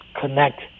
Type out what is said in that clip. connect